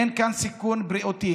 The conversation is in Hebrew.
אין כאן סיכון בריאותי,